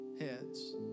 heads